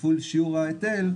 כפול שיעור ההיטל,